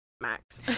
Max